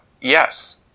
yes